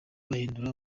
bahindura